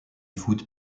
foot